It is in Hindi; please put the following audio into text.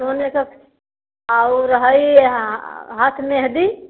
सोने का और ह ई ह हाथ मेहदी